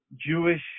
Jewish